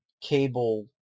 Cable